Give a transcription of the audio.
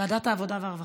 ועדת העבודה והרווחה.